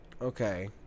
Okay